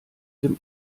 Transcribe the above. dem